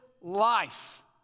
life